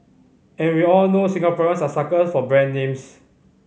and we all know Singaporeans are suckers for brand names